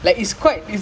orh